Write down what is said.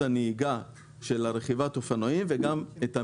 הנהיגה של רכיבת אופנועים וגם את המבחנים.